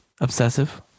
Obsessive